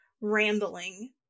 rambling